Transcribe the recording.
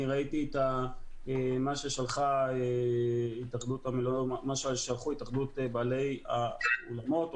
ראיתי את מה ששלחו התאחדות בעלי האולמות,